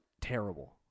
terrible